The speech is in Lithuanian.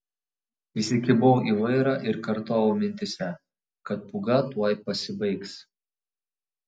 įsikibau į vairą ir kartojau mintyse kad pūga tuoj pasibaigs